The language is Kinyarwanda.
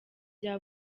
bya